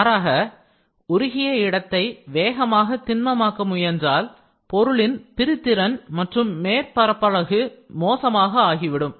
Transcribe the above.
மாறாக உருகிய இடத்தை வேகமாக திண்மமாக்க முயன்றால் பொருளின் பிரித்திரன் மற்றும் மேற்பரப்பழகு மோசமாக ஆகிவிடும்